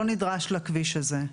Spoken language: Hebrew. לא נדרש לכביש הזה.